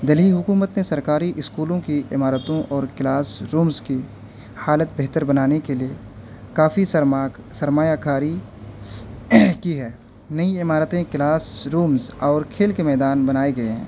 دلہی حکومت نے سرکاری اسکولوں کی عمارتوں اور کلاس رومس کی حالت بہتر بنانے کے لیے کافی سرمایہ کاری کی ہے نئی عمارتیں کلاس رومس اور کھیل کے میدان بنائے گئے ہیں